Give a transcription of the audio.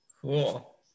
Cool